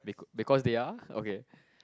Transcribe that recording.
bec~ because they are okay